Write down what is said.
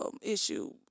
issue